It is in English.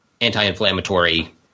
anti-inflammatory